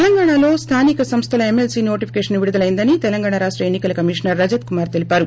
తెలంగాణ లో స్లానిక సంస్థల ఎమ్మెల్సీ నోటిఫికేషన్ విడులయిందని తెలంగాణ రాష్ట ఎన్నికల కమిషనర్ రజత్కుమార్ తెలిపారు